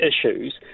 issues